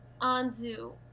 anzu